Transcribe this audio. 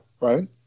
right